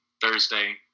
Thursday